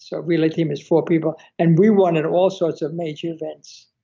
so relay team is four people, and we won at all sorts of major events,